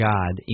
God